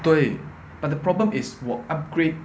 对 but the problem is 我 upgrade